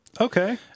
okay